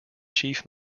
chief